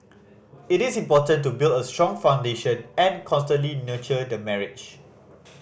it is important to build a strong foundation and constantly nurture the marriage